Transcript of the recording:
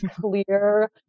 clear